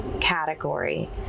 category